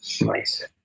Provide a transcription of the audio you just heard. Nice